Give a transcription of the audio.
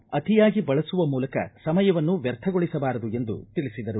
ಇವುಗಳನ್ನು ಅತಿಯಾಗಿ ಬಳಸುವ ಮೂಲಕ ಸಮಯವನ್ನು ವ್ಯರ್ಥಗೊಳಿಸಬಾರದು ಎಂದು ತಿಳಿಸಿದರು